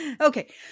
Okay